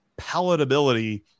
palatability